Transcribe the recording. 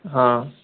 హా